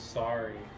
sorry